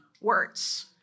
words